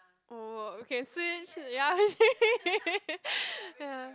oh okay switch ya ya